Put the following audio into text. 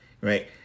Right